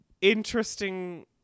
interesting